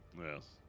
Yes